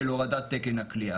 של הורדת תקן הכליאה.